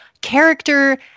character